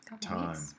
time